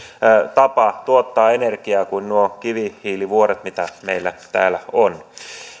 tapa tuottaa energiaa kuin kivihiilivuoret mitä meillä täällä on